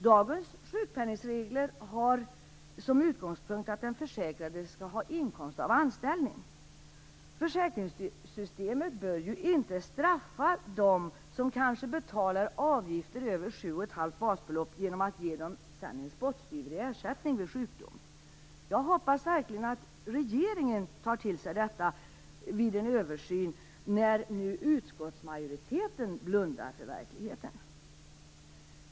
Dagens sjukpenningregler har som utgångspunkt att den försäkrade skall ha inkomst av anställning. Försäkringssystemet bör ju inte straffa dem som kanske betalar avgifter över 7,5 basbelopp genom att ge dem en spottstyver i ersättning vid sjukdom. Jag hoppas verkligen att regeringen tar till sig detta vid en översyn, när nu utskottsmajoriteten blundar för verkligheten.